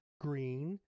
green